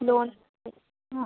loan ആ